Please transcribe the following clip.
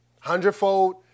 Hundredfold